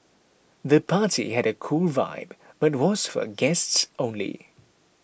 the party had a cool vibe but was for guests only